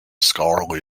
scholarly